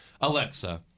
Alexa